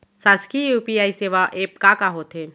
शासकीय यू.पी.आई सेवा एप का का होथे?